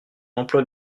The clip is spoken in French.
emploi